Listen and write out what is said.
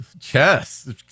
Chess